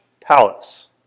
palace